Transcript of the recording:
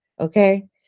okay